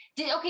Okay